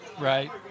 Right